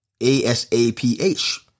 A-S-A-P-H